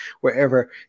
wherever